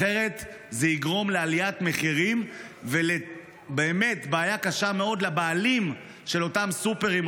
אחרת זה יגרום לעליית מחירים ולבעיה קשה מאוד לבעלים של אותם סופרים,